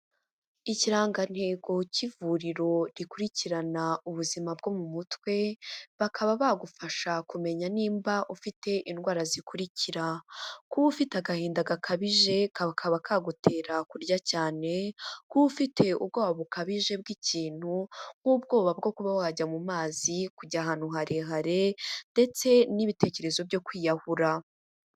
Ikirangantego cy'ivuriro rikurikirana ubuzima bwo mu mutwe, bakaba bagufasha kumenya nimba ufite indwara zikurikira, kuba ufite agahinda gakabije kakaba kagutera kurya cyane, kuba ufite ubwoba bukabije bw'ikintu nk'ubwoba bwo kuba wajya mu mazi, kujya ahantu harehare ndetse n'ibitekerezo byo kwiyahura.